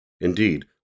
Indeed